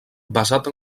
basat